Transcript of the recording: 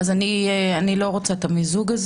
אני לא רוצה את המיזוג,